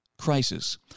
Crisis